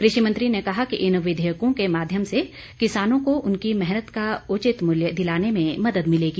कृषि मंत्री ने कहा कि इन विधेयकों के माध्यम से किसानों को उनकी मेहनत का उचित मूल्य दिलाने में मदद मिलेगी